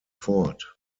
fort